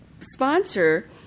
sponsor